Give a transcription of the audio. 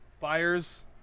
fires